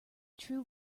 true